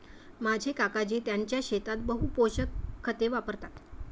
माझे काकाजी त्यांच्या शेतात बहु पोषक खते वापरतात